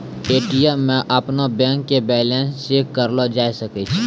ATM मे अपनो bank के बैलेंस चेक करलो जाय सकै छै